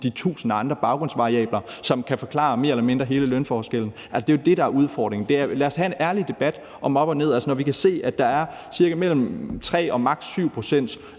de tusind andre baggrundsvariabler, som mere eller mindre kan forklare hele lønforskellen. Det er jo det, der er udfordringen, og lad os have en ærlig debat om, hvad der er op og ned. Når vi kan se, at der er mellem ca. 3 og maks. 7 pct.s.